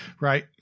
right